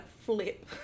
flip